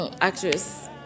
actress